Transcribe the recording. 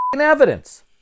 evidence